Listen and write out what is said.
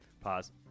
pause